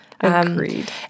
Agreed